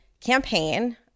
campaign